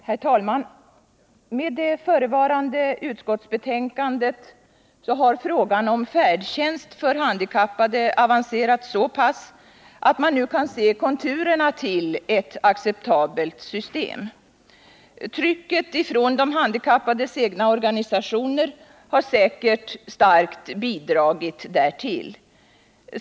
Herr talman! Med det förevarande utskottsbetänkandet har frågan om färdtjänst för handikappade avancerat så pass att man nu kan se konturerna till ett acceptabelt system. Trycket från de handikappades egna organisationer har säkerligen starkt bidragit härtill.